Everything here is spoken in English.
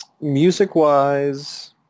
Music-wise